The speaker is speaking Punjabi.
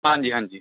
ਹਾਂਜੀ ਹਾਂਜੀ